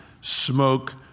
smoke